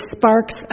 sparks